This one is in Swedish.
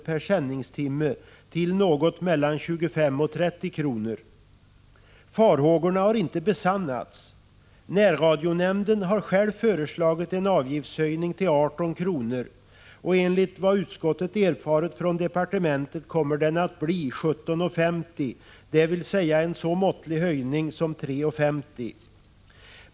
per sändningstimme till mellan 25 och 30 kr. Farhågorna har inte besannats. Närradionämnden har själv föreslagit en höjning av avgiften till 18 kr., och enligt vad utskottet erfarit från departementet kommer den att bli 17:50, dvs. höjningen blir så måttlig som 3:50.